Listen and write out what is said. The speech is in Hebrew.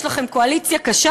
יש לכם קואליציה קשה,